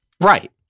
right